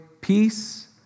peace